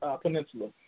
Peninsula